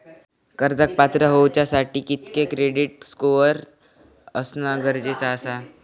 कर्जाक पात्र होवच्यासाठी कितक्या क्रेडिट स्कोअर असणा गरजेचा आसा?